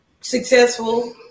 successful